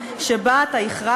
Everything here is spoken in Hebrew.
הולכים לאתר